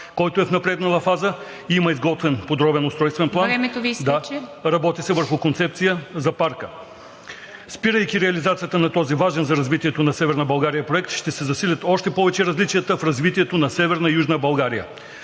който е в напреднала фаза, има изготвен подробен устройствен план.... ПРЕДСЕДАТЕЛ ИВА МИТЕВА: Времето Ви изтича. ДИМИТЪР НИКОЛОВ: ...работи се върху концепция за парка. Спирайки реализацията на този важен за развитието на Северна България проект, ще се засилят още повече различията в развитието на Северна и Южна България.